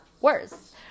worse